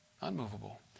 Unmovable